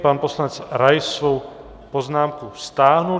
Pan poslanec Rais svou poznámku stáhl.